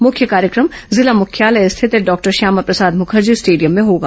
मुख्य कार्यक्रम जिला मुख्यालय स्थित डॉक्टर श्यामाप्रसाद मुखर्जी स्टेडियम में होगा